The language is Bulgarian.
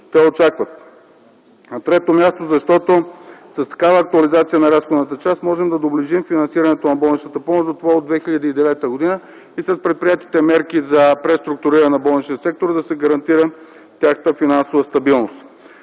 те очакват. На трето място, защото с такава актуализация на разходната част можем да доближим финансирането на болничната помощ до това от 2009 г. и с предприетите мерки за преструктуриране на болничния сектор да се гарантира тяхната финансова стабилност.